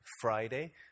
Friday